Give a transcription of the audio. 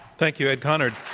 thank you, ed conard.